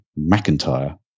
McIntyre